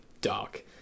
dark